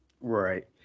Right